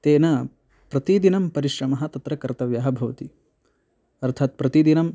तेन प्रतिदिनं परिश्रमः तत्र कर्तव्यः भवति अर्थात् प्रतिदिनम्